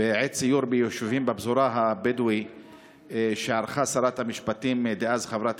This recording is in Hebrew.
בעת סיור ביישובים בפזורה הבדואית שערכה שרת המשפטים דאז חברת